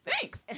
Thanks